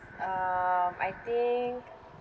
um I think